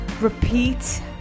Repeat